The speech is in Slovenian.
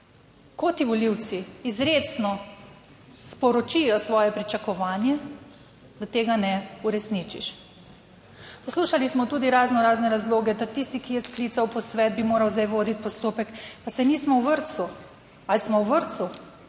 ko ti volivci izrecno sporočijo svoje pričakovanje, da tega ne uresničiš. Poslušali smo tudi razno razne razloge, da tisti, ki je sklical posvet, bi moral zdaj voditi postopek. Pa saj nismo v vrtcu. Ali smo v vrtcu,